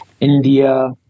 India